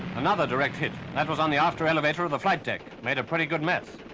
another direct hit. that was on the after elevator of the flight deck. made a pretty good mess.